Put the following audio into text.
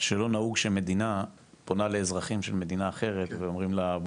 שלא נהוג שמדינה פונה לאזרחים של מדינה אחרת ואומרים לה,